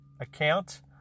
account